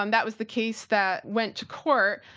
um that was the case that went to court.